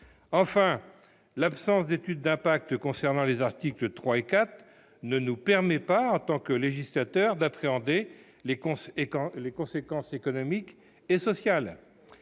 Enfin, l'absence d'étude d'impact concernant les articles 3 et 4 ne nous permet pas, en tant que législateur, d'appréhender les conséquences économiques et sociales.